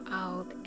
out